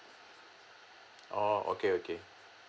oh okay okay